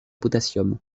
potassium